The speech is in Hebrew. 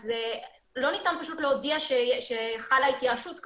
אז לא ניתן פשוט להודיע שחלה התייאשות כזאת,